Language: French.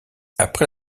après